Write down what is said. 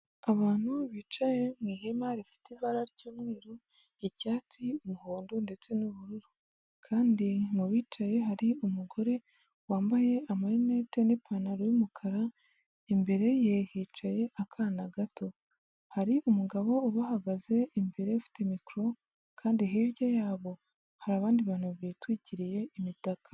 Abantu bicaye mu ihema rifite ibara ry'umweru, icyatsi, umuhondo ndetse n'ubururu. Kandi mu bicaye hari umugore wambaye amarinete n'ipantaro y'umukara, imbere ye hicaye akana gato, hari umugabo ubahagaze imbere ufite mikoro, kandi hirya yabo hari abandi bantu bitwikiriye imitaka.